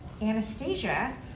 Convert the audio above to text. Anastasia